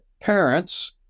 parents